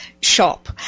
shop